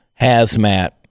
hazmat